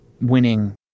winning